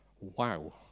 Wow